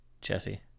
Jesse